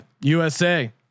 USA